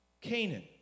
Canaan